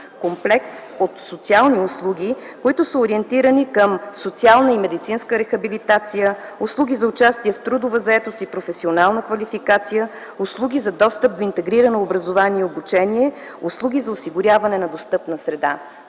комплекс от социални услуги, които са ориентирани към социална и медицинска рехабилитация, услуги за участие в трудова заетост и професионална квалификация, услуги за достъп до интегрирано образование и обучение, услуги за осигуряване на достъпна среда